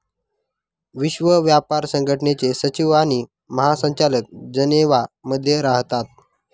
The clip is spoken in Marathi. विश्व व्यापार संघटनेचे सचिव आणि महासंचालक जनेवा मध्ये राहतात